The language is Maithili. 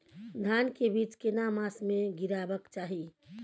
धान के बीज केना मास में गीराबक चाही?